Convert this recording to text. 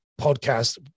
podcast